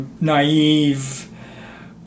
naive